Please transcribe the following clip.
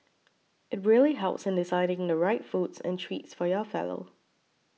it really helps in deciding the right foods and treats for your fellow